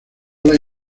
las